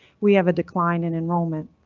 we have a decline in enrollment.